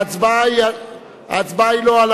ההצבעה היא לא על